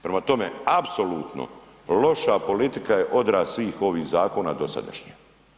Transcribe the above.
Prema tome, apsolutno loša politika je odraz svih ovih zakona dosadašnjih.